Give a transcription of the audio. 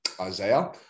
Isaiah